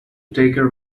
taker